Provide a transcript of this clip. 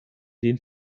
den